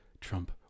Trump